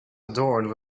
adorned